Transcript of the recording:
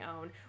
own